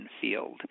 field